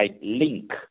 link